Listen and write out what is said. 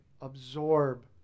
absorb